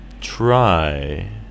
try